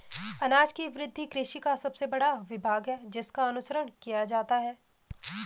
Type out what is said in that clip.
अनाज की वृद्धि कृषि का सबसे बड़ा विभाग है जिसका अनुसरण किया जाता है